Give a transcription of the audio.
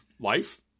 life